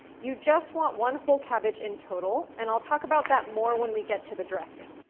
you just want one whole cabbage in total and i'll talk about that more when we get to the dressing.